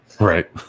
right